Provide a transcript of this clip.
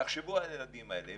תחשבו על הילדים האלה,